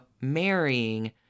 marrying